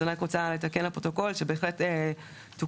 אני רק רוצה לתקן לפרוטוקול שבהחלט תוקן,